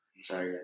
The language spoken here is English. Sorry